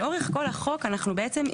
לאורך כל החוק אנחנו בעצם,